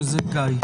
שזה גיא,